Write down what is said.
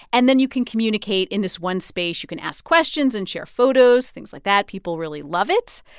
and then you can communicate in this one space. you can ask questions and share photos, things like that. people really love it.